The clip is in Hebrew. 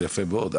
זה יפה מאוד,